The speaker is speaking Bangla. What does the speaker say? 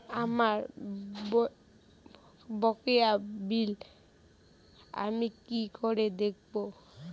আমার বকেয়া বিল আমি কি করে দেখব?